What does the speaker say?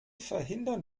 verhindern